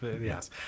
yes